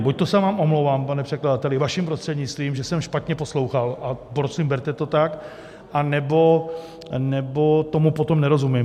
Buďto se vám omlouvám, pane předkladateli, vaším prostřednictvím, že jsem špatně poslouchal, a prosím, berte to tak, anebo tomu potom nerozumím.